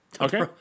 Okay